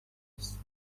هست